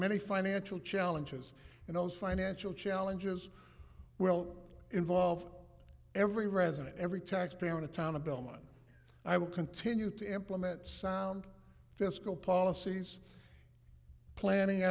many financial challenges and those financial challenges will involve every resident every taxpayer in the town of belmont i will continue to implement sound fiscal policies planning